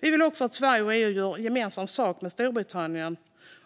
Vi vill också att Sverige och EU gör gemensam sak med Storbritannien